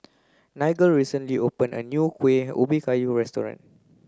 Nigel recently opened a new Kueh Ubi Kayu restaurant